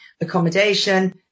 accommodation